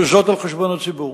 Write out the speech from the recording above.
וזאת על חשבון הציבור.